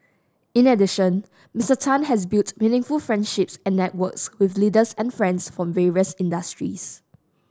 in addition Mister Tan has built meaningful friendships and networks with leaders and friends from various industries